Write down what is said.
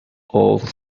old